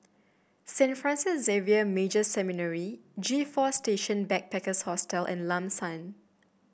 Saint Francis Xavier Major Seminary G Four Station Backpackers Hostel and Lam San